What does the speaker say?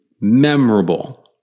memorable